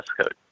code